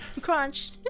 Crunch